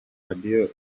radio